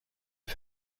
les